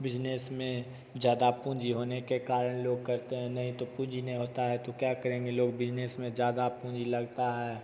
business में ज़्यादा पूँजी होने के कारण लोग करते हैं नहीं तो पूँजी नहीं होता है तो क्या करेंगे लोग बिज़नेस में ज़्यादा पूँजी लगता है